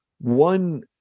one